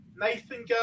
Nathan